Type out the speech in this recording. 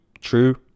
true